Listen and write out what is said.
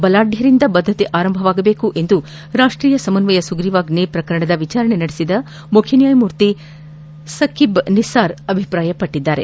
ಬಲಾಢ್ವರಿಂದ ಬದ್ದತೆ ಆರಂಭವಾಗದೇಕು ಎಂದು ರಾಷ್ವೀಯ ಸಮನ್ವಯ ಸುಗ್ರೀವಾಜ್ಞೆ ಪ್ರಕರಣದ ವಿಚಾರಣೆ ನಡೆಸಿದ ಮುಖ್ಯನ್ವಾಯಮೂರ್ತಿ ಸಕಿಬ್ ನಿಸಾರ್ ಅಭಿಪ್ರಾಯಪಟ್ಟದ್ದಾರೆ